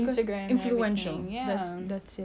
influential that's that's it